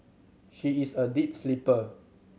she is a deep sleeper